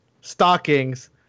stockings